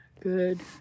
Good